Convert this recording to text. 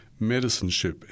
medicineship